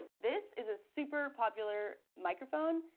this is a super popular microphone.